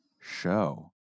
show